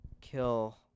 kill